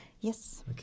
Yes